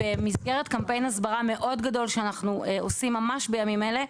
במסגרת קמפיין הסברה מאוד גדול שאנחנו עושים ממש בימים אלה,